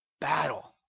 battle